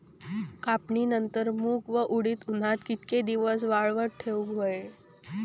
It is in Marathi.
कापणीनंतर मूग व उडीद उन्हात कितके दिवस वाळवत ठेवूक व्हये?